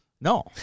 No